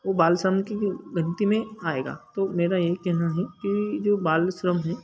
वो बाल श्रम की गन्ती में आएगा तो मेरा यही कहना है कि जो बाल श्रम है